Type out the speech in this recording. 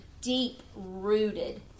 deep-rooted